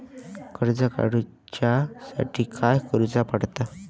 कर्ज काडूच्या साठी काय करुचा पडता?